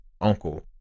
uncle